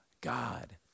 God